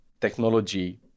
technology